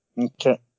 Okay